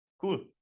Cool